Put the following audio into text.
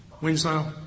Winslow